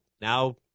now